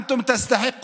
אתם ראויים,